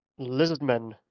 Lizardmen